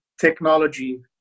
technology